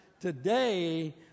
Today